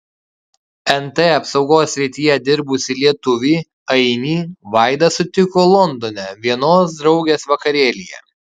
nt apsaugos srityje dirbusį lietuvį ainį vaida sutiko londone vienos draugės vakarėlyje